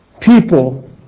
People